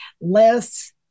less